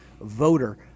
voter